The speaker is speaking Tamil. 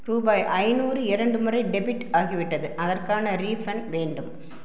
ரூபாய் ஐந்நூறு இரண்டு முறை டெபிட் ஆகிவிட்டது அதற்கான ரீஃபண்ட் வேண்டும்